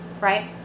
right